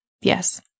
yes